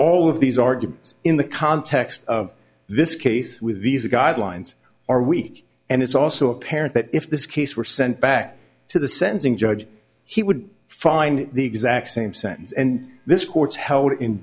all of these arguments in the context of this case with these guidelines are weak and it's also apparent that if this case were sent back to the sentencing judge he would find the exact same sentence and this court's held in